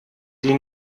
die